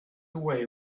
away